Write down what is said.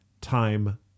time